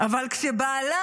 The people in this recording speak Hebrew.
-- אבל כשבעלה,